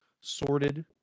sorted